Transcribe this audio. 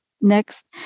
next